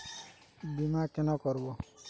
বিমা কেন করব?